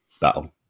battle